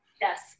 Yes